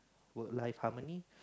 work life harmony